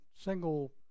single